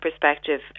perspective